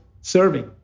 serving